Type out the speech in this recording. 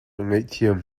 ngaihthiam